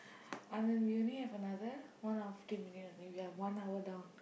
Anand we only have another one hour fifteen minutes only we are one hour down